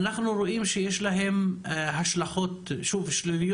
אנחנו רואים שיש השלכות שליליות.